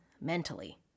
mentally